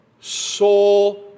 soul